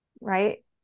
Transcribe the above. right